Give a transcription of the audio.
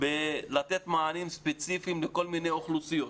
לתת מענים ספציפיים לכל מיני אוכלוסיות,